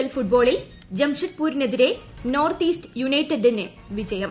L ഫുട്ബോളിൽ ജംഷഡ്പൂരിനെതിരെ North East യുണൈറ്റഡിന് ജയം